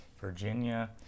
Virginia